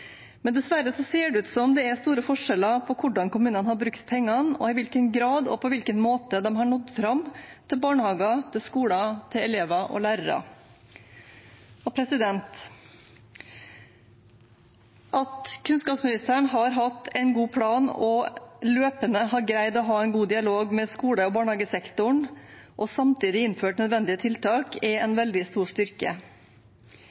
Men dessverre ser det ut som det er store forskjeller på hvordan kommunene har brukt pengene, og i hvilken grad og på hvilken måte de har nådd fram til barnehager, til skoler, til elever og lærere. At kunnskapsministeren har hatt en god plan og løpende har greid å ha en god dialog med skole- og barnehagesektoren, og samtidig har innført nødvendige tiltak, er